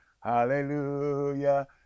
hallelujah